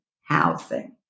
housing